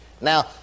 now